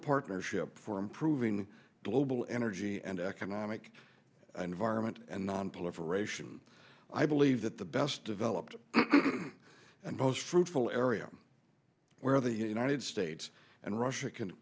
partnership for improving global energy and economic environment and nonproliferation i believe that the best developed and most fruitful area where the united states and russia can